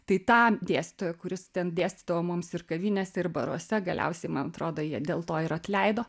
tai tą dėstytoją kuris ten dėstydavo mums ir kavinėse ir baruose galiausiai man atrodo jį dėl to ir atleido